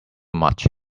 much